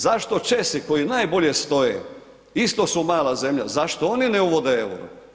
Zašto Česi koji najbolje stoje, isto su mala zemlja, zašto oni ne uvode euro?